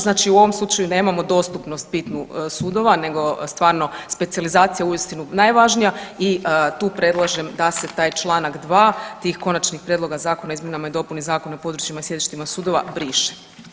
Znači u ovom slučaju nemamo dostupnost bitnu sudova, nego stvarno je specijalizacija uistinu najvažnija i tu predlažem da se taj članak 2. tih konačnih prijedloga zakona o izmjeni i dopuni zakona o područjima i sjedištima sudova briše.